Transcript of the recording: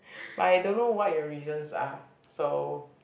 but I don't know what your reasons are so